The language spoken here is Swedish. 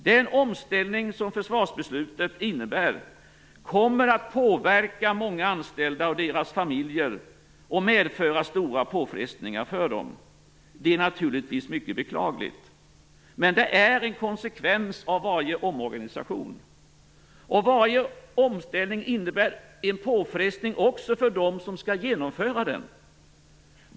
Den omställning som försvarsbeslutet innebär kommer att påverka många anställda och deras familjer och medföra stora påfrestningar för dem. Det är naturligtvis mycket beklagligt, men det är en konsekvens av varje omorganisation. Och varje omställning innebär en påfrestning också för dem som skall genomföra den.